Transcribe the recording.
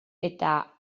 eta